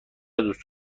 دوست